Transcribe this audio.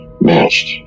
matched